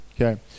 Okay